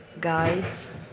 guides